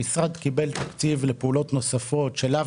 המשרד קיבל תקציב לפעולות נוספות שלאו